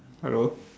hello